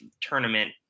tournament